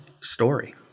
story